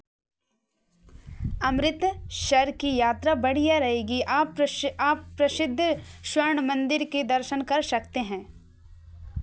अमृतर की यात्रा बढ़िया रहेगी आप प्रस आप प्रसिद्ध स्वर्ण मन्दिर के दर्शन कर सकते हैं